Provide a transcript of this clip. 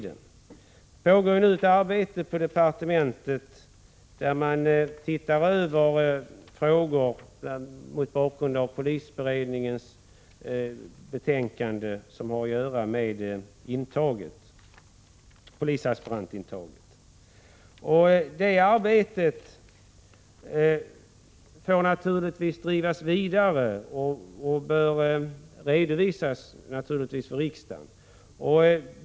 Det pågår med anledning av polisberedningens betänkande ett arbete inom departementet med att se över frågor som har att göra med intagningen av polisaspiranter. Det arbetet får naturligtvis drivas vidare och bör redovisas för riksdagen.